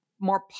more